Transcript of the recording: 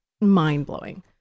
mind-blowing